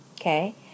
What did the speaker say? Okay